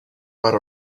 might